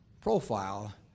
profile